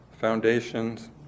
Foundations